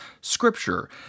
Scripture